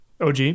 OG